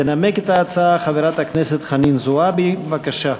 תנמק את ההצעה חברת הכנסת חנין זועבי, בבקשה.